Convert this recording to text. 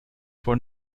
for